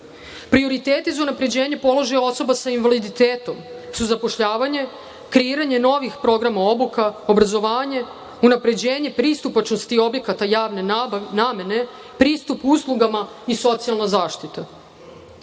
Prioriteti za unapređenje položaja osoba sa invaliditetom su zapošljavanje, kreiranje novih programa obuka, obrazovanje, unapređenje pristupačnosti objekata javne namene, pristup uslugama i socijalna zaštita.